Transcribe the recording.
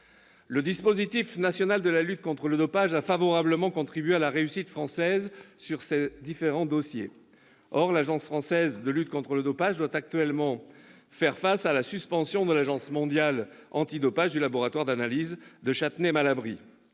Le dispositif national de lutte contre le dopage a favorablement contribué à la réussite française dans ces différents dossiers. Or l'Agence française de lutte contre le dopage doit actuellement faire face à la suspension par l'Agence mondiale antidopage du laboratoire d'analyse de Châtenay-Malabry.